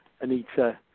Anita